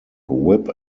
whip